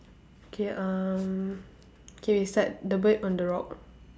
okay um K we start the bird on the rock